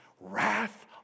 wrath